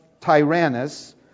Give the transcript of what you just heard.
Tyrannus